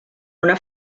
una